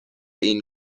این